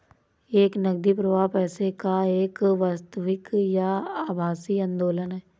एक नकदी प्रवाह पैसे का एक वास्तविक या आभासी आंदोलन है